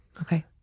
okay